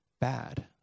bad